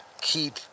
keep